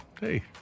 Hey